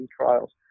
trials